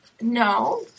No